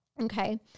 Okay